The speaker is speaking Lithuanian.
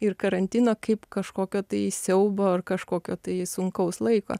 ir karantino kaip kažkokio tai siaubo ar kažkokio tai sunkaus laiko